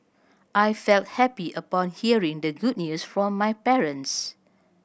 I felt happy upon hearing the good news from my parents